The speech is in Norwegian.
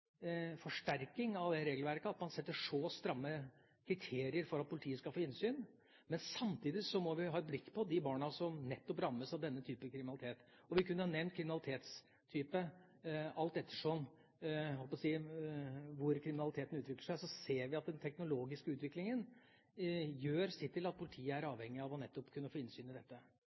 forsterking av regelverket, ved at man setter så stramme kriterier for at politiet skal få innsyn. Men samtidig må vi ha et blikk på de barna som rammes av denne type kriminalitet – vi kunne ha nevnt kriminalitetstype. Alt ettersom – jeg holdt på å si – hvor kriminaliteten utvikler seg, ser vi at den teknologiske utviklingen gjør sitt til at politiet er avhengig nettopp av å få innsyn i dette.